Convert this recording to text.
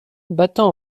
battant